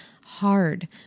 hard